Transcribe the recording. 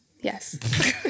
Yes